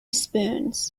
spoons